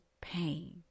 pain